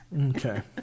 Okay